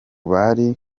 bari